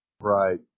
Right